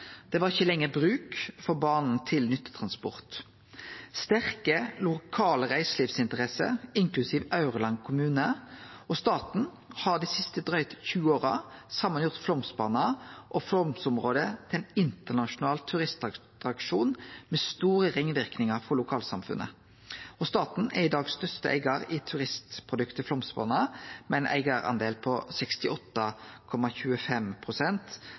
Det var ikkje lenger bruk for bana til nyttetransport. Sterke lokale reiselivsinteresser, inklusiv Aurland kommune og staten, har dei siste drøyt 20 åra saman gjort Flåmsbana og Flåmsområdet til ein internasjonal turistattraksjon med store ringverknader for lokalsamfunnet. Staten er i dag største eigar i turistproduktet Flåmsbana, med ein eigardel på